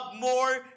more